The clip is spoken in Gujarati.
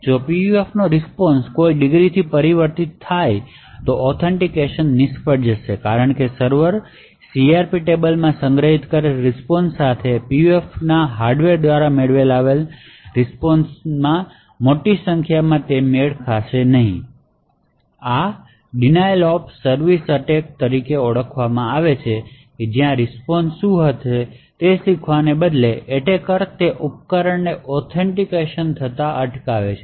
જો PUF રીસ્પોન્શ કોઈ ડિગ્રીથી પરિવર્તિત થાય છે તો ઑથેનટીકેશન નિષ્ફળ જશે કારણ કે સર્વર CRP ટેબલમાં સંગ્રહિત કરેલા રીસ્પોન્શ સાથે PUF હાર્ડવેર દ્વારા મેળવેલા રીસ્પોન્શ મોટી સંખ્યામાં મેળ ખાતો નથી આ ડીનાઅલ ઓફ સર્વિસ એટેકછે જ્યાં રીસ્પોન્શ શું હશે તે શીખવાને બદલે એટેકર એ ઉપકરણને ઓથેન્ટિકેટ થતાં અટકાવે છે